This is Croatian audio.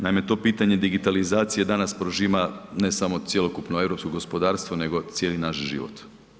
Naime, to pitanje digitalizacije danas prožima ne samo cjelokupno europsko gospodarstvo nego cijeli naš život.